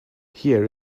here